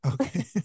Okay